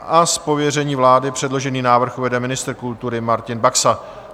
Z pověření vlády předložený návrh uvede ministr kultury Martin Baxa.